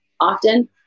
often